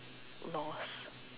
lost